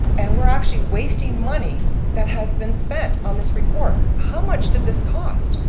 and we're actually wasting money that has been spent on this report. how much did this cost?